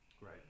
Right